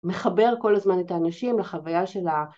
מחבר כל הזמן את האנשים לחוויה שלה.